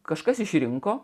kažkas išrinko